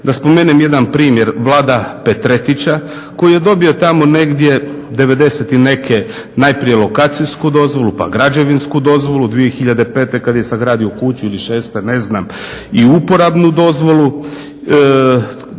da spomenem jedan primjer, Vlada Petretića koji je dobio tamo negdje devedeset i neke najprije lokacijsku dozvolu, pa građevinsku dozvolu, 2005. kada je sagradio kuću ili šeste ne znam i uporabnu dozvolu.